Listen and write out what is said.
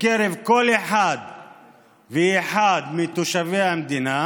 בקרב כל אחד ואחד מתושבי המדינה,